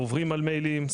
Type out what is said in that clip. עוברים על מיילים,